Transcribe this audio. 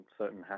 certain